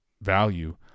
value